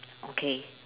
okay